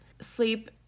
sleep